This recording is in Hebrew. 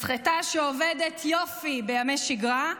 מסחטה שעובדת יופי בימי שגרה,